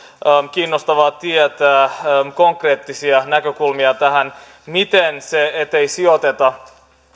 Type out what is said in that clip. kiinnostavaa tietää konkreettisia näkökulmia tähän miten se ettei sijoiteta